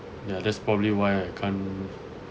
yeah that's probably why I can't